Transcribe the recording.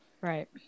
Right